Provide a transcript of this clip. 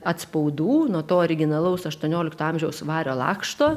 atspaudų nuo to originalaus aštuoniolikto amžiaus vario lakšto